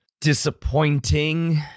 disappointing